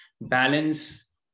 balance